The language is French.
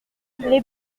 les